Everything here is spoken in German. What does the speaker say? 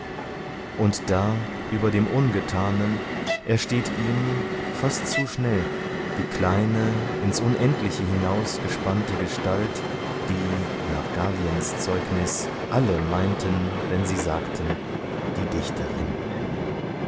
und da über dem ungetanen ersteht ihm fast zu schnell die kleine ins unendliche hinaus gespannte gestalt die nach galiens zeugnis alle meinten wenn sie sagten die dichterin